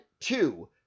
two